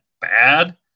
bad